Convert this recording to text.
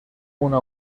una